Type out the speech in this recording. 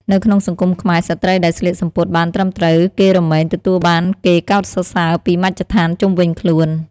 នៅក្នុងសង្គមខ្មែរ ស្ត្រីដែលស្លៀកសំពត់បានត្រឹមត្រូវគេរមែងទទួលបានគេកោតសរសើរពីមជ្ឈដ្ធានជុំវិញខ្លួន។